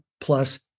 plus